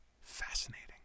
Fascinating